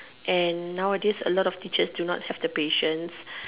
and nowadays a lot of teachers do not have the patience